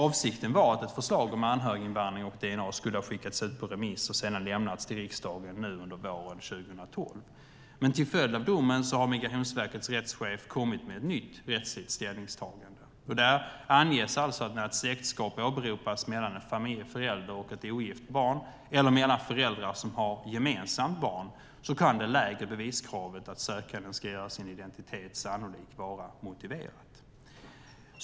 Avsikten var att ett förslag om anhöriginvandring och dna skulle ha skickats ut på remiss och sedan lämnats till riksdagen nu under våren 2012. Men till följd av domen har Migrationsverkets rättschef kommit med ett nytt rättsligt ställningstagande. Där anges att när ett släktskap åberopas mellan en förälder och ett ogift barn eller mellan föräldrar som har ett gemensamt barn kan det lägre beviskravet, att sökanden ska göra sin identitet sannolik, vara motiverat.